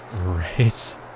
right